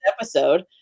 episode